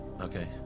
Okay